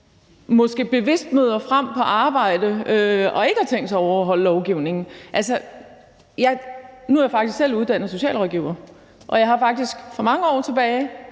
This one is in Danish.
måske bevidst møder op på arbejde og ikke har tænkt sig at overholde lovgivningen. Nu er jeg faktisk selv uddannet socialrådgiver, og jeg har for mange år siden